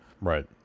Right